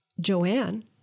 Joanne